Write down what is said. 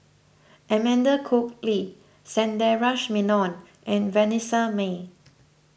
Amanda Koe Lee Sundaresh Menon and Vanessa Mae